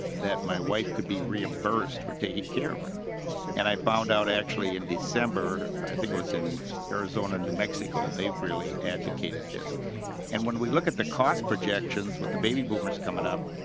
my wife could be reimbursed for taking care of her and i found out actually in december. i think what's in arizona new mexico. they've really advocated this and when we look at the cost projections with the baby boomers coming up.